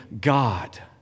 God